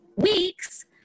Weeks